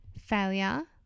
Failure